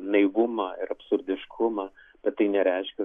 naivumą ir absurdiškumą bet tai nereiškia